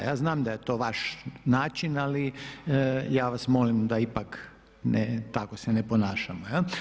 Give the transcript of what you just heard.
Ja znam da je to vaš način ali ja vas molim da ipak tako se ne ponašamo.